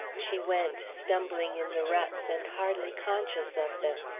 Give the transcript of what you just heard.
she went, stumbling in the ruts and hardly conscious of them.